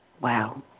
Wow